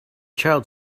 child